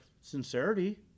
sincerity